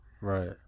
Right